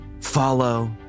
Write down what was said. Follow